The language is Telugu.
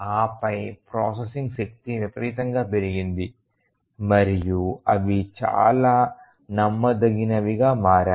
ఆపై ప్రాసెసింగ్ శక్తి విపరీతంగా పెరిగింది మరియు ఇవి చాలా నమ్మదగినవిగా మారాయి